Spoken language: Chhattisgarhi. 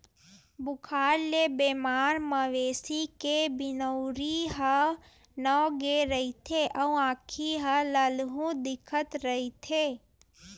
बुखार ले बेमार मवेशी के बिनउरी ह नव गे रहिथे अउ आँखी ह ललहूँ दिखत रहिथे